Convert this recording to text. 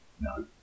No